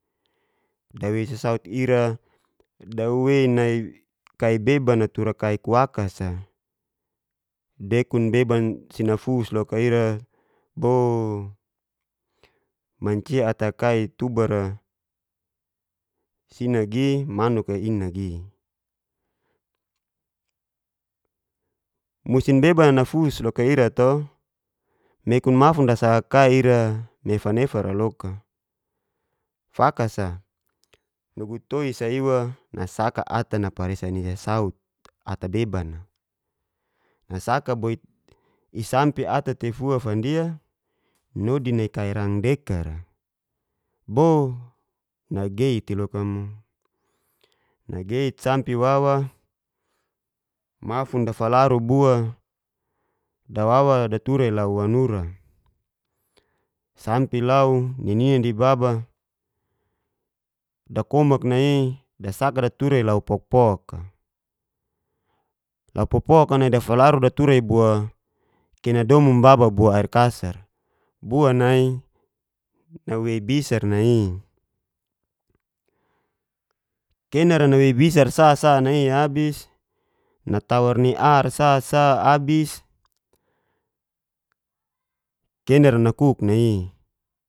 Dawei sasaut ira, dawei nai kai beben tura ku kuakas'a, dekun bebeban si dafus loka ira boo manci at kai tubar'a si nagi manuk'a nagi musim beban'a nafus loka ira to mekon mafun dasaka kai ira nefa-nefa'ra loka, faka sa nugu toira nasaka ata naparesa ni sasaut ata beba'na nasaka boit isampe ata tefua fandia nodi nai kai rang dekar'a boh nageit'i loka mo, nageit sampe wawa mafun dafalaru bua dawada druta'i lau wanura, sampe lau ni nina ni baba dakomak na'i dasak datura'i lau pokpok'a, lau pokpoka nai dafalaru datura'i bo kena domum baba bo airkasar bua nai nawei bisar nai, kena nawei bisar sa sa nai'i abis natawar ni ar sa sa abis kena'ra nakuk nai'i.